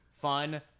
fun